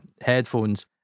headphones